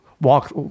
walk